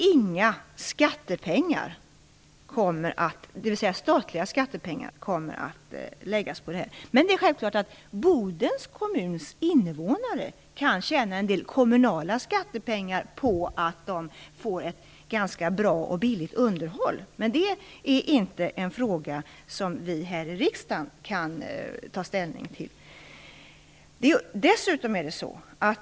Inga statliga skattepengar kommer att läggas på detta. Det är självklart att Bodens kommuns innevånare kan tjäna en del kommunala skattepengar på att de får ett ganska bra och billigt underhåll. Det är inte en fråga som vi här i riksdagen kan ta ställning till.